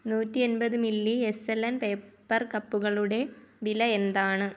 നൂറ്റിയെൺപത് milli S L N paper കപ്പുകളുടെ വില എന്താണ്